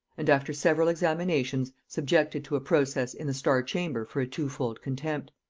and after several examinations subjected to a process in the star-chamber for a twofold contempt.